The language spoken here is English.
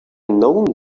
known